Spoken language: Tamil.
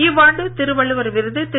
இவ்வாண்டு திருவள்ளுவர் விருது திரு